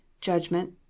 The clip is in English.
judgment